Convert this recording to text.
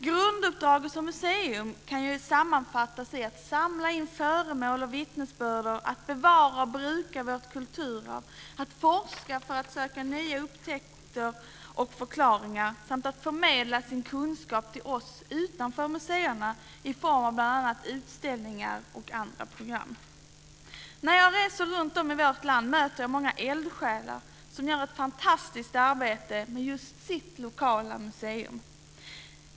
Grunduppdraget som museum kan sammanfattas i att samla in föremål och vittnesbörder, att bevara och bruka vårt kulturarv, att forska för att söka nya upptäckter och förklaringar samt att förmedla sin kunskap till oss utanför museerna i form av bl.a. utställningar. När jag reser runt i vårt land möter jag många eldsjälar som gör ett fantastiskt arbete med just sitt lokala museum.